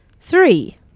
Three